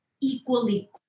equally